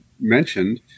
mentioned